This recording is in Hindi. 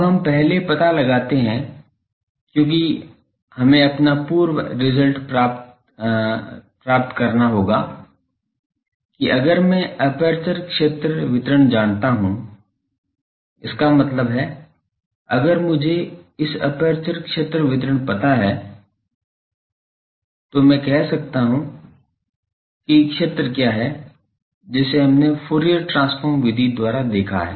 अब हम पहले पता लगाते हैं क्योंकि हमें अपना पूर्व प्राप्त रिजल्ट डालना होगा कि अगर मैं एपर्चर क्षेत्र वितरण जानता हूं इसका मतलब है अगर मुझे इस एपर्चर क्षेत्र वितरण पता है तो मैं कह सकता हूं कि क्षेत्र क्या है जिसे हमने फूरियर ट्रांसफॉर्म विधि द्वारा देखा है